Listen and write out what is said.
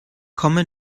komme